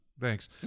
Thanks